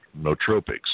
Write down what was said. nootropics